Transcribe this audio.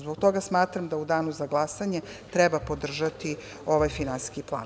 Zbog toga smatram da u Danu za glasanje treba podržati ovaj finansijski plan.